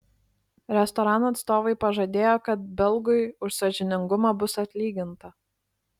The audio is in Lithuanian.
restorano atstovai pažadėjo kad belgui už sąžiningumą bus atlyginta